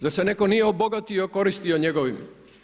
Zar se netko nije obogatio i okoristio njegovim.